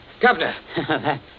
Governor